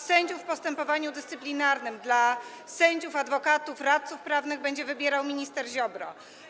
Sędziów w postępowaniu dyscyplinarnym dla sędziów, adwokatów, radców prawnych będzie wybierał minister Ziobro.